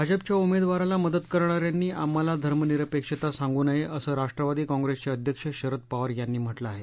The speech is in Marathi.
भाजपाच्या उमेदवाराला मदत करणाऱ्यांनी आम्हाला धर्मनिरपेक्षता सांगू नये असं राष्ट्रवादी काँप्रेसचे अध्यक्ष शरद पवार यांनी म्हटलं आहे